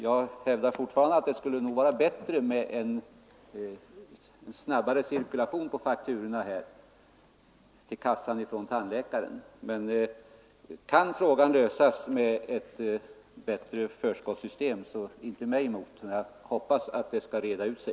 Jag hävdar alltså att det skulle vara bättre med en snabbare cirkulation på fakturorna till kassan från tandläkaren. Men kan frågan lösas genom ett bättre förskottssystem, så inte mig emot. Jag hoppas att det skall reda upp sig.